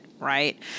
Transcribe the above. right